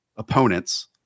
opponents